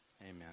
Amen